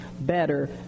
better